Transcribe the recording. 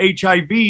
HIV